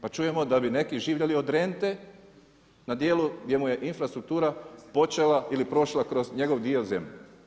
Pa čujemo da bi neki živjeli od rente na dijelu gdje mu je infrastruktura počela ili prošla kroz njegov dio zemlje.